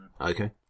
Okay